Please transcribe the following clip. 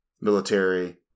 military